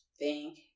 Thank